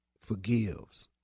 forgives